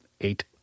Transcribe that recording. eight